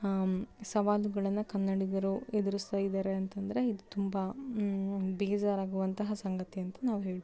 ಸವಾಲುಗಳನ್ನು ಕನ್ನಡಿಗರು ಎದುರಿಸ್ತಾಯಿದಾರೆ ಅಂತಂದ್ರೆ ಇದು ತುಂಬ ಬೇಜಾರಾಗುವಂತಹ ಸಂಗತಿ ಅಂತ ನಾವು ಹೇಳ್ಬೋದು